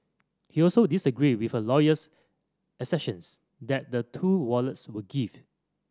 he also disagreed with her lawyer's assertions that the two wallets were gifts